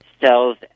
cells